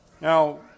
Now